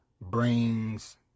brings